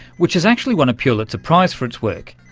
which has actually won a pulitzer prize for its work.